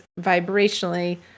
vibrationally